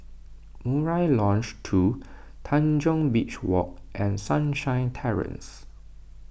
Murai Lodge two Tanjong Beach Walk and Sunshine Terrace